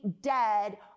dead